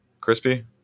Crispy